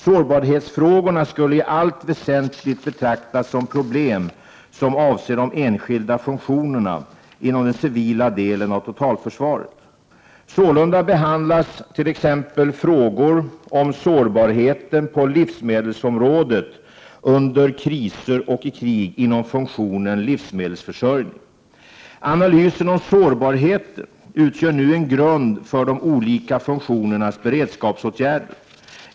Sårbarhetsfrågorna skulle i allt väsentligt betraktas som problem som avser de enskilda funktionerna inom den civila delen av totalförsvaret. Sålunda behandlas t.ex. frågor om sårbarheten på livsmedelsområdet under kriser och i krig inom funktionen livsmedelsförsörjningen. Analysen om sårbarheten utgör nu en grund för de olika funktionernas beredskapsåtgärder.